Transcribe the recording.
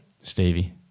Stevie